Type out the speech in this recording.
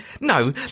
no